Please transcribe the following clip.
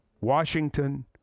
Washington